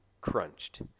crunched